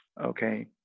Okay